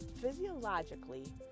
physiologically